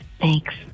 Thanks